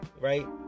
right